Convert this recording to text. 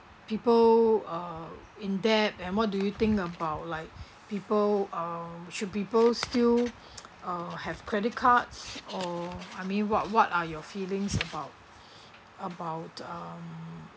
people uh in debt and what do you think about like people uh should people still uh have credit cards or I mean what what are your feelings about about um